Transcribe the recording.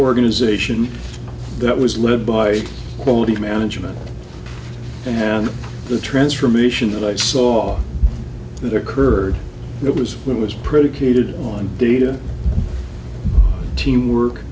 organization that was led by quality management and the transformation that i saw that occurred it was when was predicated on data teamwork